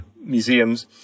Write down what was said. museums